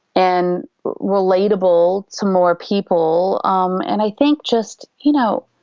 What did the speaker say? and relatable to more people. um and i think just you know